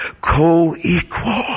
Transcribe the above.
Co-equal